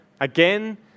again